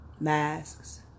Masks